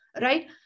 right